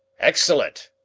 excellent!